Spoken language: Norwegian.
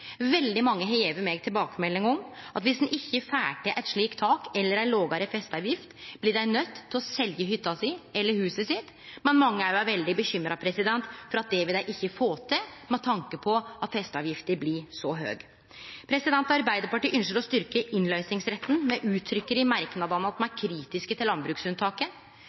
Veldig mange har gjeve meg tilbakemelding om at viss ein ikkje får til eit slikt tak eller ei lågare festeavgift, blir dei nøydde til å selje hytta si eller huset sitt. Men mange er òg veldig bekymra for at dei ikkje vil få det til, med tanke på at festeavgifta blir så høg. Arbeidarpartiet ynskjer å styrkje innløysingsretten. Me uttrykkjer i merknadene at me er kritiske til landbruksunntaket.